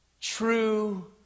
true